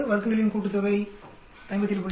6 வர்க்கங்களின் கூட்டுத்தொகை 57